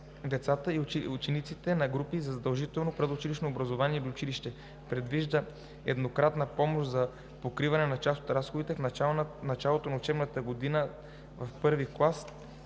деца и ученици на групите за задължително предучилищно образование или училище. Предвижда се еднократната помощ за покриване на част от разходите в началото на учебната година в първи клас